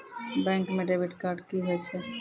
Bank म debit card की होय छै?